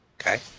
Okay